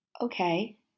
Okay